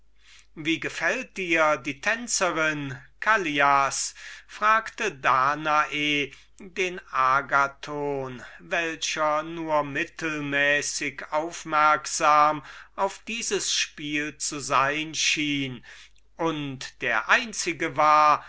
wie gefällt dir diese tänzerin callias fragte danae den agathon welcher nur mittelmäßig aufmerksam auf dieses spiel zu sein schien und der einzige war